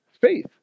faith